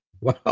Wow